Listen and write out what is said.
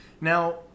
Now